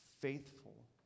faithful